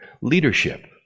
leadership